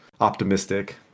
optimistic